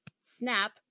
snap